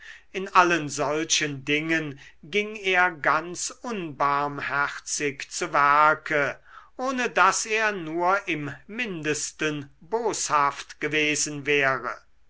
in allen solchen dingen ging er ganz unbarmherzig zu werk ohne daß er nur im mindesten boshaft gewesen wäre